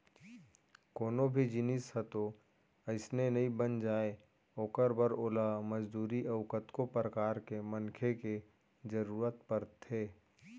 कोनो भी जिनिस ह तो अइसने नइ बन जाय ओखर बर ओला मजदूरी अउ कतको परकार के मनखे के जरुरत परथे